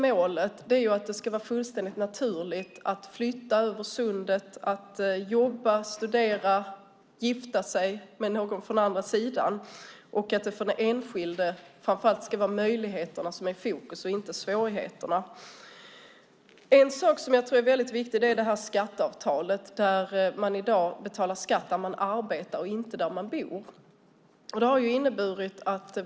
Målet är att det ska vara fullständigt naturligt att flytta över sundet, att jobba, att studera och att gifta sig med någon från den andra sidan. Framför allt ska möjligheterna vara i fokus och inte svårigheterna. En sak som är väldigt viktig är skatteavtalet där man betalar skatt där man arbetar och inte där man bor.